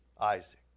Isaac